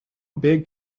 big